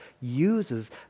uses